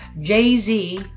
Jay-Z